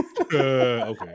Okay